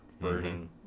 version